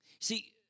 See